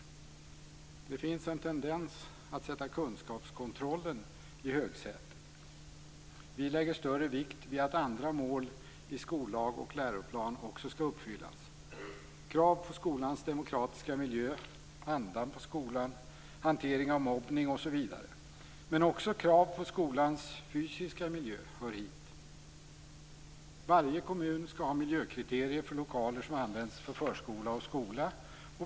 Det finns en tendens att sätta kunskapskontrollen i högsätet. Vi lägger större vikt vid att andra mål i skollag och läroplan också skall uppfyllas. Det gäller krav på skolans demokratiska miljö, andan på skolan, hanteringen av mobbning osv. Men också krav på skolans fysiska miljö hör hit. Varje kommun skall ha miljökriterier för lokaler som används för förskola och skola.